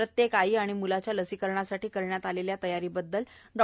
प्रत्येक आई आणि मुलाच्या लसीकरणासाठी करण्यात आलेल्या तयारीबद्दल डॉ